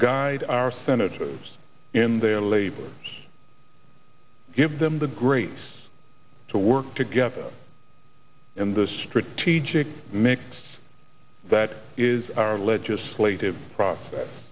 guide our senators in their labor give them the greats to work together in the strategic mix that is our legislative process